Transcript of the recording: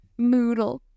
Moodle